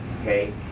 okay